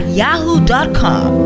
yahoo.com